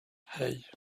hey